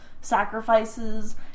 sacrifices